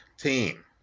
team